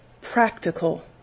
practical